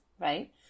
right